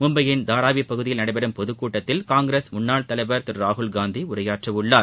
மும்பையின் தாராவி பகுதியில் நடைபெறும் பொதுக்கூட்டத்தில் காங்கிரஸ் முன்னாள் தலைவர் திரு ராகுல் காந்தி உரையாற்றவுள்ளார்